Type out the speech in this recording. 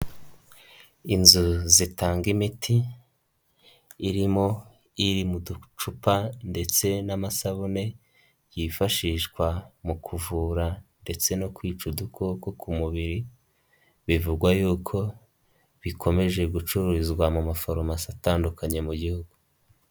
Inzu zitanga imiti, irimo iri mu ducupa ndetse n'amasabune yifashishwa mu kuvura ndetse no kwica udukoko ku mubiri, bivugwa yuko bikomeje gucururizwa mu mafarumasi atandukanye mu gihugu.